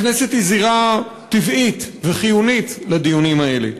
הכנסת היא זירה טבעית וחיונית לדיונים האלה.